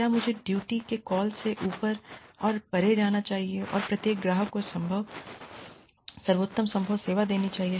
क्या मुझे ड्यूटी के कॉल से ऊपर और परे जाना चाहिए और प्रत्येक ग्राहक को सर्वोत्तम संभव सेवा देनी चाहिए